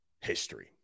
history